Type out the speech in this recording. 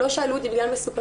לא שאלו אותי בגלל מסוכנות,